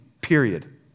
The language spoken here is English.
period